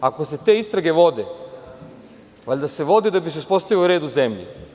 Ako se te istrage vode, valjda se vode da bi se uspostavio red u zemlji.